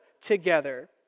together